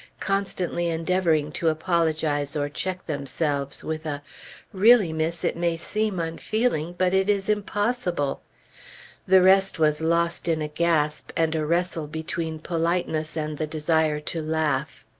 constantly endeavoring to apologize or check themselves with a really, miss, it may seem unfeeling, but it is impossible the rest was lost in a gasp, and a wrestle between politeness and the desire to laugh.